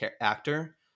actor